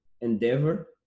endeavor